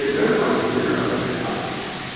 they would like to figure out a way out of this.